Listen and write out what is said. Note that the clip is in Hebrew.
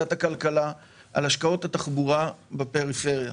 בוועדת הכלכלה על השקעות התחבורה הציבורית בפריפריה.